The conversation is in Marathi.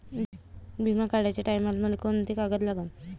बिमा काढाचे टायमाले मले कोंते कागद लागन?